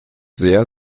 sehr